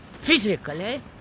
physically